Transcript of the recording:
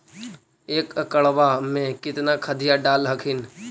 एक एकड़बा मे कितना खदिया डाल हखिन?